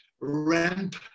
ramp